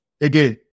again